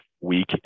week